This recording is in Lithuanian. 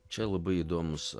čia labai įdomus